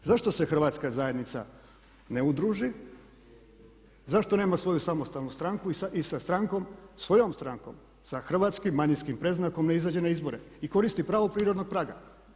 Zašto se Hrvatska zajednica ne udruži, zašto nema svoju samostalnu stranku i sa strankom, svojom strankom sa hrvatskim manjinskim predznakom ne izađe na izbore i koristi pravo prirodnog prava?